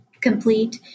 complete